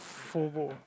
hobo